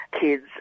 kids